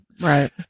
Right